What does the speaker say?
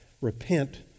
Repent